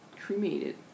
cremated